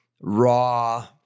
raw